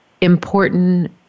important